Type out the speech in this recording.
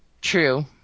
True